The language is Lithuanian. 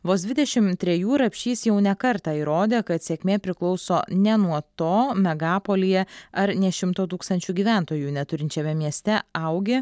vos dvidešim trejų rapšys jau ne kartą įrodė kad sėkmė priklauso ne nuo to megapolyje ar nė šimto tūkstančių gyventojų neturinčiame mieste augi